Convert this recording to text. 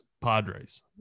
Padres